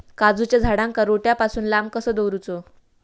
काजूच्या झाडांका रोट्या पासून लांब कसो दवरूचो?